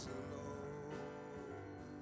alone